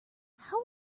how